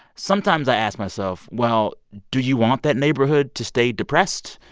sometimes i ask myself, well, do you want that neighborhood to stay depressed,